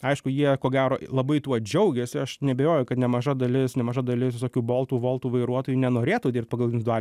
aišku jie ko gero labai tuo džiaugiasi aš neabejoju kad nemaža dalis nemaža dalis visokių baltų voltų vairuotojų nenorėtų dirbti pagal individualią